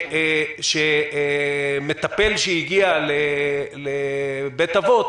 שמטפל שהגיע לבית אבות,